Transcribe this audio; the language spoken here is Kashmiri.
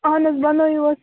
اَہن حظ بنٲیِو حظ